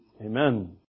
Amen